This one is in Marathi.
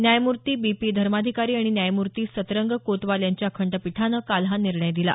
न्यायमूर्ती बी पी धर्माधिकारी आणि न्यायमूर्ती सतरंग कोतवाल यांच्या खंडपीठानं काल हा निर्णय दिला